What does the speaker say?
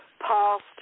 past